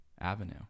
avenue